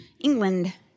England